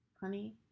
honey